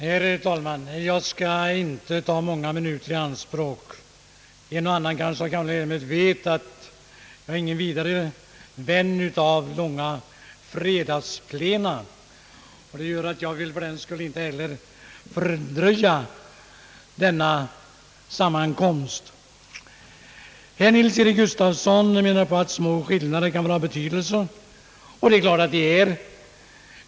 Herr talman! Jag skall inte ta många minuter i anspråk. En och annan av kammarens ledamöter kanske vet att jag inte är någon vän av långa fredagsplena. Jag vill fördenskull inte heller förlänga denna sammankomst. Herr Nils-Eric Gustafsson menade att små skillnader kan vara av betydelse.